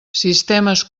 sistemes